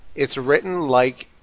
it's written like,